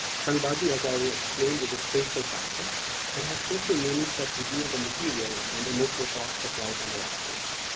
sangbazi, as i will explain, is a spatial practice that has social meanings that reveal the material and emotional costs of life under occupation.